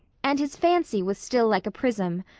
and his fancy was still like a prism,